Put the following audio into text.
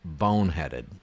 boneheaded